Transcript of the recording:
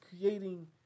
creating